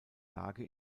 lage